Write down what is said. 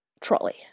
trolley